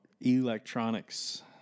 electronics